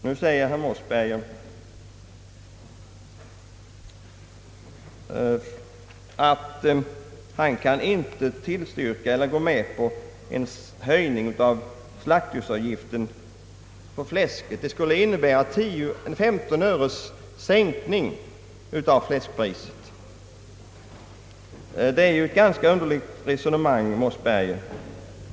Nu säger herr Mossberger att han inte kan tillstyrka en höjning av slaktdjursavgiften på fläsk, Det skulle innebära 15 öres sänkning av fläskpriset. Det är ett ganska underligt resonemang, herr Mossberger.